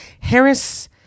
Harris